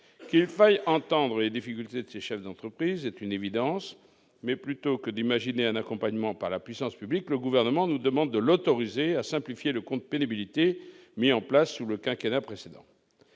Qu'il faille entendre les difficultés de ces chefs d'entreprise, c'est une évidence. Mais, plutôt que d'imaginer un accompagnement par la puissance publique, le Gouvernement nous demande de l'autoriser à simplifier le compte pénibilité, mis en place sous le quinquennat précédent.